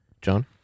John